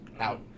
out